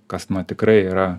kas tikrai yra